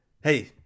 Hey